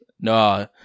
No